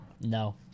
No